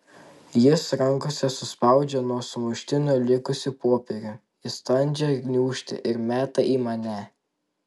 jis rankose suspaudžia nuo sumuštinio likusį popierių į standžią gniūžtę ir meta į mane